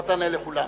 אתה תענה לכולם.